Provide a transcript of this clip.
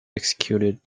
executed